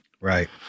right